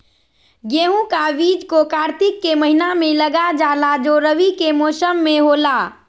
गेहूं का बीज को कार्तिक के महीना में लगा जाला जो रवि के मौसम में होला